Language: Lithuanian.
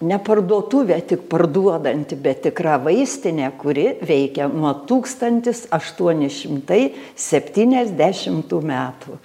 ne parduotuvė tik parduodanti be tikra vaistinė kuri veikia nuo tūkstantis aštuoni šimtai septyniasdešimtų metų